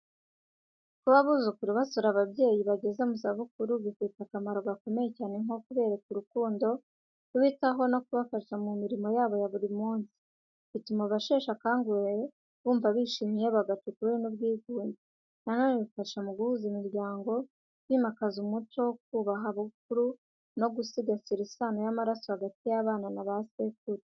Kuba abuzukuru basura ababyeyi bageze mu zabukuru, bifite akamaro gakomeye cyane nko kubereka urukundo, kubitaho no kubafasha mu mirimo yabo ya buri munsi. Bituma abasheshe akanguhe bumva bishimye, bagaca ukubiri n’ubwigunge. Na none bifasha mu guhuza imiryango, kwimakaza umuco wo kubaha abakuru no gusigasira isano y’amaraso hagati y’abana na ba sekuru.